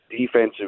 defensive